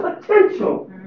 potential